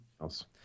else